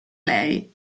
lei